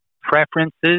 preferences